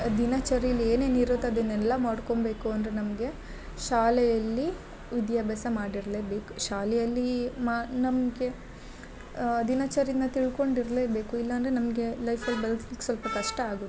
ದಿನಚರಿಲಿ ಏನೇನು ಇರುತ್ತೆ ಅದನ್ನೆಲ್ಲ ಮಾಡ್ಕೊಂಬೇಕು ಅಂದರೆ ನಮಗೆ ಶಾಲೆಯಲ್ಲಿ ವಿದ್ಯಾಭ್ಯಾಸ ಮಾಡಿರಲೇಬೇಕು ಶಾಲೆಯಲ್ಲಿ ಮಾ ನಮಗೆ ದಿನಚರಿನ ತಿಳ್ಕೊಂಡು ಇರಲೇ ಬೇಕು ಇಲ್ಲ ಅಂದರೆ ನಮಗೆ ಲೈಫಲ್ಲಿ ಬದುಕ್ಲಿಕ್ಕೆ ಸ್ವಲ್ಪ ಕಷ್ಟ ಆಗುತ್ತೆ